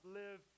live